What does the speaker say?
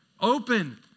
Open